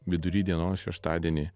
vidury dienos šeštadienį